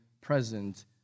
present